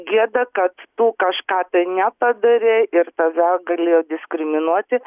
gėda kad tu kažką tai nepadarei ir tave galėjo diskriminuoti